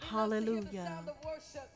Hallelujah